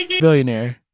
billionaire